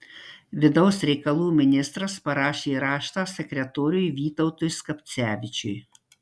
vidaus reikalų ministras parašė raštą sekretoriui vytautui skapcevičiui